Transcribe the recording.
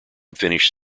finished